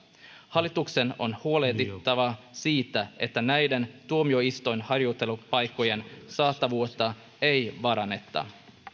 hallituksen on huolehdittava siitä että näiden tuomioistuinharjoittelupaikkojen saatavuutta ei vaaranneta